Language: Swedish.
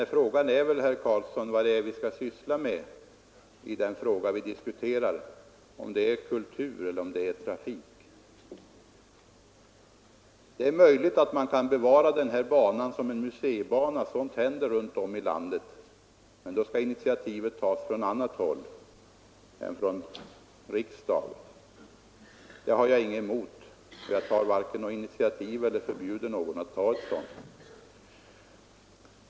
Men frågan är, herr Carlsson, vad vi skall ägna oss åt i diskussionen av denna fråga; är det kultur eller trafik? Det är möjligt att man kan bevara banan som en museibana, sådant händer runt om i landet. Men då skall initiativet tas från annat håll än från riksdagen. Det har jag inget emot, men jag tar varken initiativ själv eller förbjuder någon att ta ett sådant.